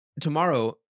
tomorrow